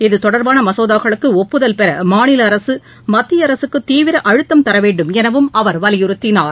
இதுதொடர்பான மசோதாக்களுக்கு ஒப்புதல் பெற மாநில அரசு மத்திய அரசுக்கு தீவிர அழுத்தம் தர வேண்டும் எனவும் அவர் வலியுறுத்தினார்